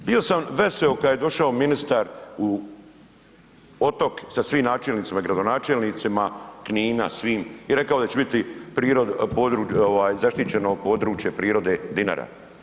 Bio sam veseo kada je došao ministar u otok sa svim načelnicima i gradonačelnicima Knina, svim, i rekao da će biti zaštićeno područje prirode Dinara.